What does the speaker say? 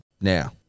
Now